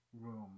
room